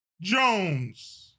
Jones